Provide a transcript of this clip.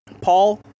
Paul